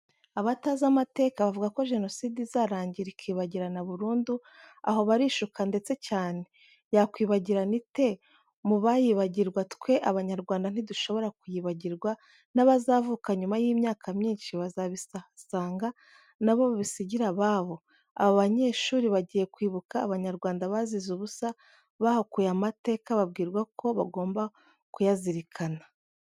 Abatazi amateka bavuga ko jenoside izarangira ikibagirana burundu aho barishuka ndetse cyane yakwibagirana ite mubayibagirwa twe abanyarwanda ntidushobora kuyibagirwa nabazavuka nyuma yimyaka myinshi bazabihasanga nabo bisigire ababo. aha abanyeshuri bagiye kwibuka abanyarwanda bazize ubusa bahakuye amateka babwirwa ko bagomba kuyazirikana.